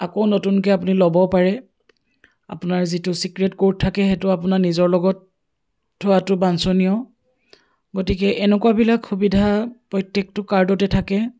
আকৌ নতুনকৈ আপুনি ল'ব পাৰে আপোনাৰ যিটো ছিক্ৰেট ক'ৰ্ড থাকে সেইটো আপোনাৰ নিজৰ লগত থোৱাটো বাঞ্চনীয় গতিকে এনেকুৱাবিলাক সুবিধা প্ৰত্যেকটো কাৰ্ডতে থাকে